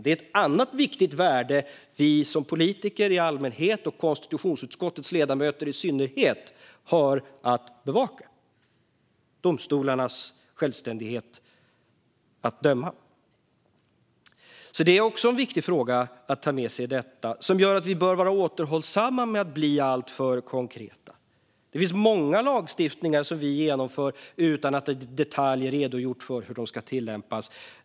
Det är ett annat viktigt värde vi som politiker i allmänhet och konstitutionsutskottets ledamöter i synnerhet har att bevaka: domstolarnas självständighet att döma. Det är också en viktig fråga att ta med sig i detta som gör att vi bör vara återhållsamma med att bli alltför konkreta. Det finns många lagstiftningar som vi genomför utan att i detalj ha redogjort för hur de ska tillämpas.